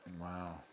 Wow